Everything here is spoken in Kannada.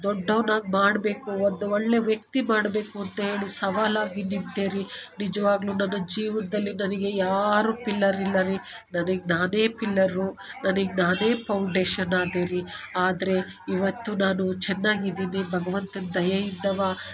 ದೊಡ್ಡವನಾಗಿ ಮಾಡಬೇಕು ಒಂದು ಒಳ್ಳೆ ವ್ಯಕ್ತಿ ಮಾಡಬೇಕು ಅಂತ ಹೇಳಿ ಸವಾಲಾಗಿ ನಿಂತೆ ರೀ ನಿಜವಾಗ್ಲೂ ನನ್ನ ಜೀವನ್ದಲ್ಲಿ ನನಗೆ ಯಾರು ಪಿಲ್ಲರ್ ಇಲ್ಲ ರೀ ನನಗ್ ನಾನೇ ಪಿಲ್ಲರು ನನಗ್ ನಾನೇ ಪೌಂಡೇಶನ್ ಆದೆ ರೀ ಆದರೆ ಇವತ್ತು ನಾನು ಚೆನ್ನಾಗಿದ್ದೀನಿ ಭಗವಂತನ್ ದಯೆ ಇದ್ದವ